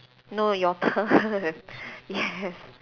no your turn yes